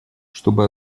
чтобы